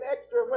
extra